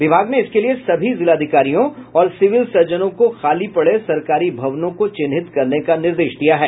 विभाग ने इसके लिए सभी जिलाधिकारियों और सिविल सर्जनों को खाली पड़े सरकारी भवनों को चिन्हित करने का निर्देश दिया है